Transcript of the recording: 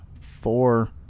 four